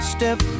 Step